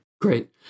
Great